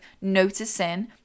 noticing